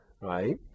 right